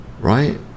right